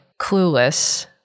clueless